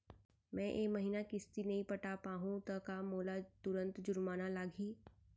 मैं ए महीना किस्ती नई पटा पाहू त का मोला तुरंत जुर्माना लागही?